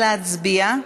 נא להצביע.